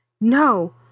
No